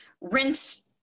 rinse